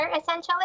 essentially